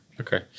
Okay